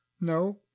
No